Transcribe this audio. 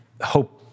hope